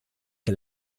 che